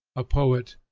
a poet,